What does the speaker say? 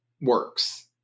works